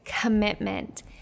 commitment